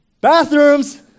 bathrooms